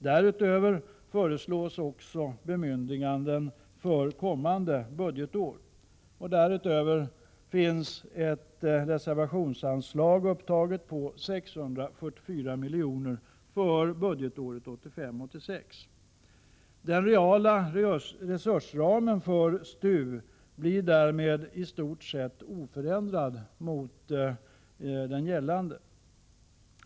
Därutöver föreslås också bemyndiganden för kommande budgetår. Dessutom finns det ett reservationsanslag på 644 milj.kr. för budgetåret 1985/86. Den reala resursramen för STU blir därmed i stort sett oförändrad.